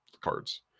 cards